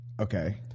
Okay